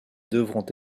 devront